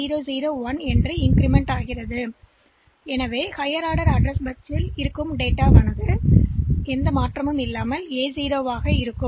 PC A001 ஆக அதிகரிக்கப்படுகிறது உயர் வரிசை முகவரி பிட்கள் மாற்றப்படாத A0 ஆக இருக்கும்